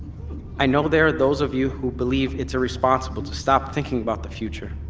i know there are those of you who believe it's irresponsible to stop thinking about the future.